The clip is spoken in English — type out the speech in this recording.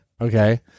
Okay